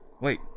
Wait